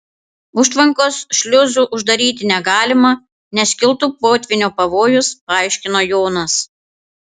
užtvankos šliuzų uždaryti negalima nes kiltų potvynio pavojus paaiškino jonas